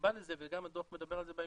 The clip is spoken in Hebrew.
והסיבה לזה, וגם הדו"ח מדבר על זה בהמשך,